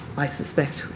i suspect,